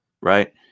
right